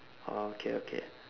oh okay okay